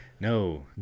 no